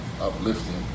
uplifting